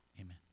Amen